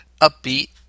upbeat